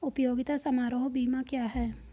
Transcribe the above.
उपयोगिता समारोह बीमा क्या है?